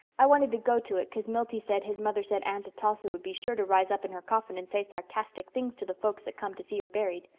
i wanted to go to it cause milty said his mother said aunt atossa would be sure to rise up in her coffin and say sarcastic things to the folks that come to see her buried.